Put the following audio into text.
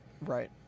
Right